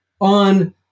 on